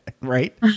right